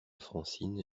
francine